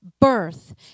birth